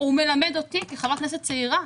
מלמד אותי כחברת כנסת צעירה.